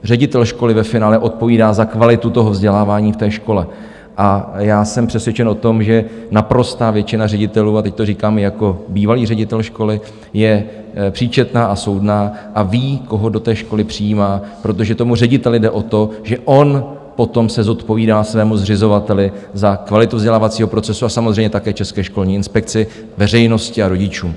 Ředitel školy ve finále odpovídá za kvalitu vzdělávání v té škole a já jsem přesvědčen o tom, že naprostá většina ředitelů, a teď to říkám i jako bývalý ředitel školy, je příčetná a soudná a ví, koho do školy přijímá, protože tomu řediteli jde o to, že on potom se zodpovídá svému zřizovateli za kvalitu vzdělávacího procesu a samozřejmě také České školní inspekci, veřejnosti a rodičům.